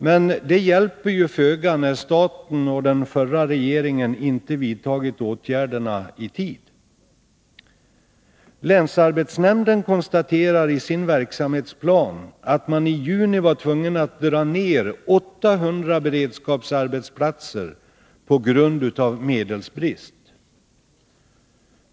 Men det hjälper föga när staten och den förra regeringen inte vidtagit åtgärderna i tid. Länsarbetsnämnden konstaterar i sin verksamhetsplan att man i juni var tvungen att dra in 800 beredskapsarbetsplatser på grund av medelsbrist.